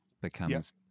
becomes